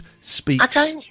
speaks